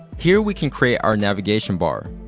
here we can create our navigation bar.